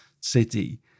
city